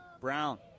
Brown